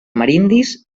amerindis